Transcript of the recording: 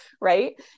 right